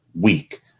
week